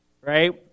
Right